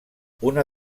una